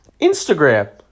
Instagram